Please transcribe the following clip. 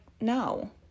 no